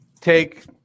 take